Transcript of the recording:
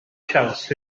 siawns